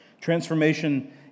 Transformation